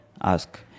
ask